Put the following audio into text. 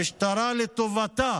המשטרה, לטובתה,